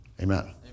Amen